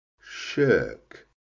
shirk